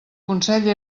consell